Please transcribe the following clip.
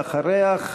ואחריה,